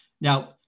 Now